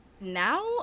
now